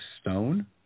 stone